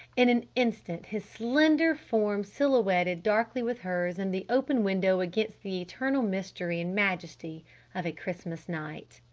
in an instant his slender form silhouetted darkly with hers in the open window against the eternal mystery and majesty of a christmas night.